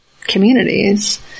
communities